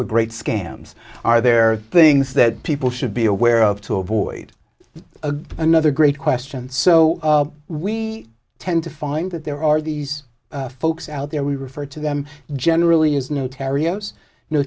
with great scams are there things that people should be aware of to avoid another great question so we tend to find that there are these folks out there we refer to them generally is n